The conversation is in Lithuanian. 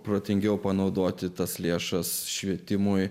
protingiau panaudoti tas lėšas švietimui